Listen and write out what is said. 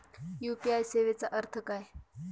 UPI सेवेचा अर्थ काय?